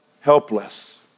helpless